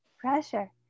pressure